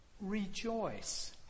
Rejoice